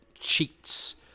cheats